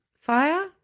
fire